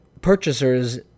purchasers